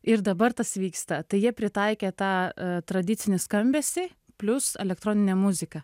ir dabar tas vyksta tai jie pritaikė tą tradicinį skambesį plius elektroninė muzika